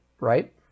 right